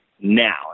now